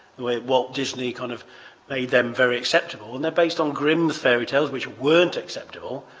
the way walt disney kind of made them very acceptable and they're based on grimm's fairy tales which weren't acceptable.